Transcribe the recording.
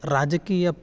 राजकीय